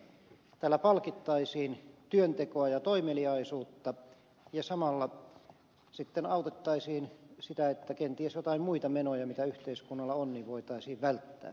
tällä palkittaisiin työntekoa ja toimeliaisuutta ja samalla sitten autettaisiin sitä että kenties jotain muita menoja mitä yhteiskunnalla on voitaisiin välttää